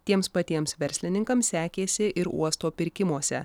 tiems patiems verslininkams sekėsi ir uosto pirkimuose